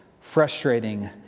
frustrating